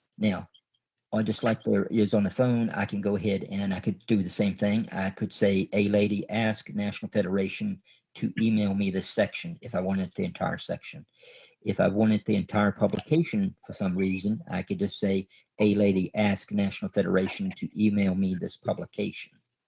now i just like where it is on the phone i can go ahead and i could do the same thing i could say a lady ask national federation to email me this section. if i wanted the entire section if i wanted the entire publication for some reason i could just say a lady ask national federation to email me this publication.